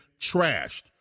trashed